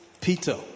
Peter